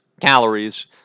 calories